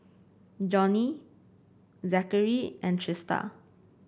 Johney Zachary and Trista